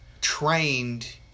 trained